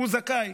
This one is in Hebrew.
הוא זכאי.